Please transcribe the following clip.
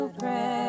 pray